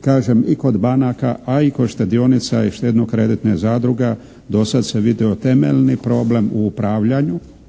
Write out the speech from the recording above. kažem i kod banaka, a i kod štedionica je štedno-kreditna zadruga do sada se vidio temeljni problem u upravljanju,